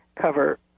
cover